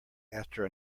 after